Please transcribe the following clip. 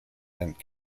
and